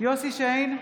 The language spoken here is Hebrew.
יוסף שיין,